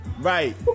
Right